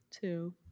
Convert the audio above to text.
two